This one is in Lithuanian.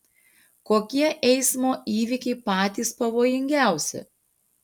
kokie eismo įvykiai patys pavojingiausi